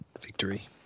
victory